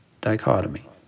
dichotomy